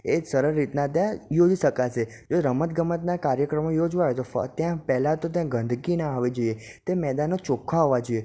એ જ સરળ રીતના ત્યાં જોઈ શકાશે એ રમતગમતના કાર્યક્રમો યોજવા હોય તો ત્યાં પહેલાં તો ત્યાં ગંદકી ન હોવી જોઈએ તે મેદાનો ચોખ્ખા હોવા જોઈએ